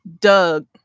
Doug